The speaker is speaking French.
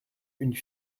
une